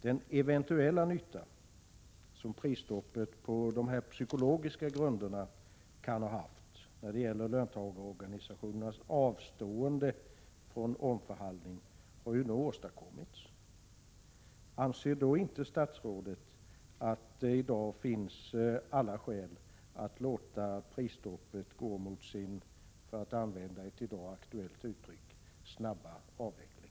Den eventuella nytta som prisstoppet på dessa psykologiska grunder kan ha haft när det gäller löntagarorganisationernas avstående från omförhandling har ju nu åstadkommits. Anser då inte statsrådet att det i dag finns alla skäl att låta prisstoppet gå mot sin, för att använda ett i dag aktuellt uttryck, snabba avveckling?